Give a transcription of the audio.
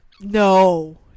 No